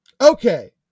Okay